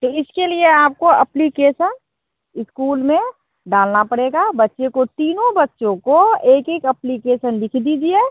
तो इसके लिए आपको अप्लीकेसन इस्कूल में डालना पड़ेगा बच्चे को तीनो बच्चों को एक एक अप्लीकेसन लिख दीजिए